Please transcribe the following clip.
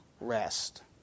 rest